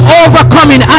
overcoming